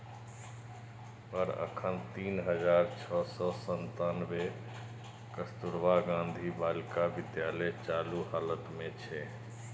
पर एखन तीन हजार छह सय सत्तानबे कस्तुरबा गांधी बालिका विद्यालय चालू हालत मे छै